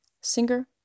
singer